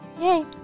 Yay